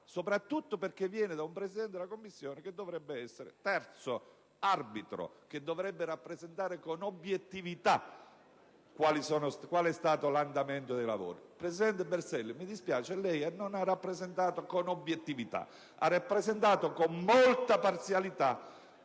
soprattutto perché proviene da un Presidente di Commissione che dovrebbe essere terzo, arbitro, che dovrebbe rappresentare con obiettività qual è stato l'andamento dei lavori. Presidente Berselli, mi dispiace, ma lei non ha rappresentato con obiettività, bensì con molta parzialità